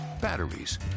batteries